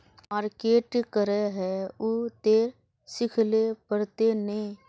Market करे है उ ते सिखले पड़ते नय?